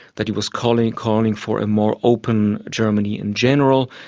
that he was calling calling for a more open germany in general,